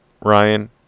Ryan